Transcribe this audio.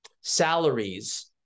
salaries